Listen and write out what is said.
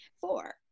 Four